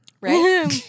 right